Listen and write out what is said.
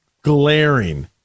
glaring